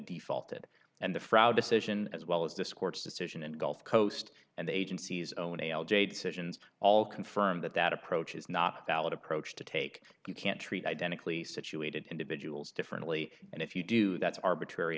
defaulted and the frau decision as well as discords decision and gulf coast and the agency's own a l j decisions all confirm that that approach is not a valid approach to take you can't treat identically situated individuals differently and if you do that's arbitrary